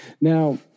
Now